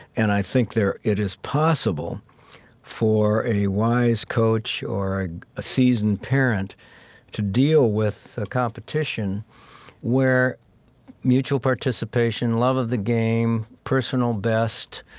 and i think there it is possible for a wise coach or a seasoned parent to deal with a competition where mutual participation, love of the game, personal best